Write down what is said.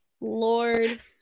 Lord